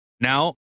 Now